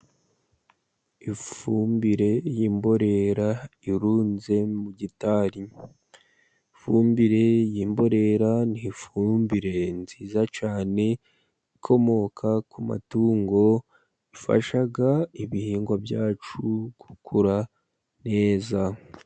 Ifumbire y'imborera irunze mu gitari. Ifumbire y'imborera ni ifumbire nziza cyane ikomoka ku matungo, ifasha ibihingwa byacu gukura neza.